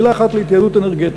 מילה אחת על התייעלות אנרגטית.